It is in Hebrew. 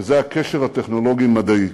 וזה הקשר הטכנולוגי-מדעי.